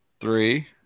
Three